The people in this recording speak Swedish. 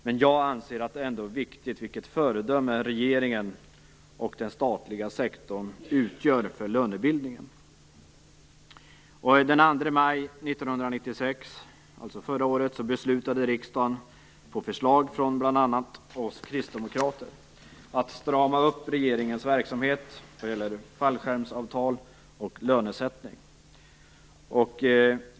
Men jag anser att det ändå är viktigt vilket föredöme regeringen och den statliga sektor utgör för lönebildningen. Den 2 maj 1996 beslutade riksdagen på förslag från bl.a. oss kristdemokrater att strama upp regeringens verksamhet vad gäller fallskärmsavtal och lönesättning.